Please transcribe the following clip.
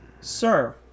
Sir